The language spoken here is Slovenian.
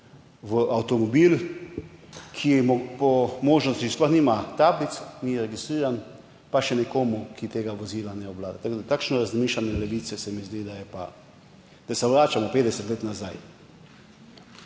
v avtomobil, ki po možnosti sploh nima tablic, ni registriran, pa še nekomu, ki tega vozila ne obvlada. Takšno razmišljanje Levice se mi zdi, da je pa, kot da se vračamo 50 let nazaj.